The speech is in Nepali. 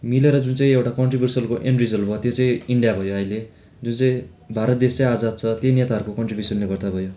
मिलेर जुन चाहिँ एउटा कन्ट्रिभर्सियलको एन्ड रिजल्ट भयो त्यो चाहिँ इन्डिया भयो अहिले जो चाहिँ भारत देश चाहिँ आजात छ त्यही नेताहरूको कन्ट्रिब्युसनले गर्दा भयो